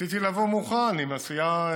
רציתי לבוא מוכן עם עשייה,